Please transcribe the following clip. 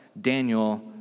Daniel